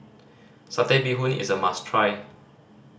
Satay Bee Hoon is a must try